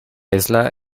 isla